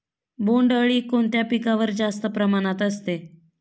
बोंडअळी कोणत्या पिकावर जास्त प्रमाणात असते?